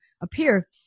appear